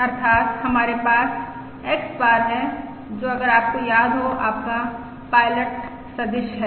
अर्थात् हमारे पास X बार है जो अगर आपको याद है आपका पायलट सदिश है